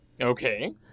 Okay